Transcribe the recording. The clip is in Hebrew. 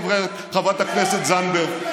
חברת הכנסת זנדברג,